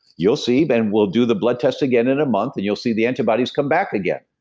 you'll see. then, we'll do the blood test again in a month, and you'll see the antibodies come back again.